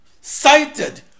cited